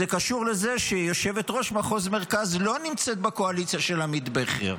זה קשור לזה שיושבת-ראש מחוז מרכז לא נמצאת בקואליציה של עמית בכר.